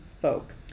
folk